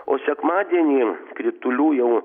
o sekmadienį kritulių jau